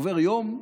עובר יום,